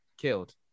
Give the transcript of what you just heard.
killed